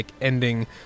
ending